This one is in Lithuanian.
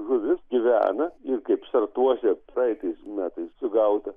žuvis gyvena ir kaip sartuose praeitais metais sugauta